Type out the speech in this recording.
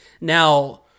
Now